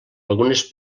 algunes